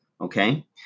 okay